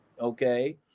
okay